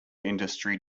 industry